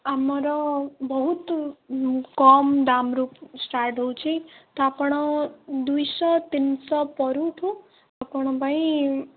ଆମର ବହୁତ କମ ଦାମରୁ ଷ୍ଟାର୍ଟ ହେଉଛି ତ ଆପଣ ଦୁଇଶହ ତିନିଶହ ପରୁଠୁ ଆପଣଙ୍କ ପାଇଁ